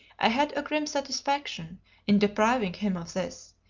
i had a grim satisfaction in depriving him of this,